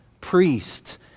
priest